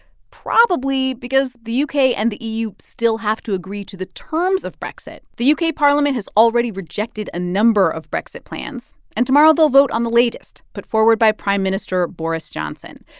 probably because the u k. and the eu still have to agree to the terms of brexit the u k. parliament has already rejected a number of brexit plans, and tomorrow they'll vote on the latest put forward by prime minister boris johnson.